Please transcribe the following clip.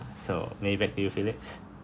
so maybe back to you felix